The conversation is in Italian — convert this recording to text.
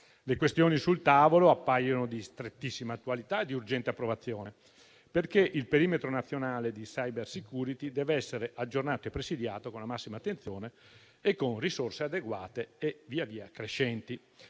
Le questioni sul tavolo appaiono di strettissima attualità e di urgente approvazione. Il perimetro nazionale di *cybersecurity* deve infatti essere aggiornato e presidiato con la massima attenzione e con risorse adeguate e via via crescenti.